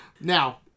Now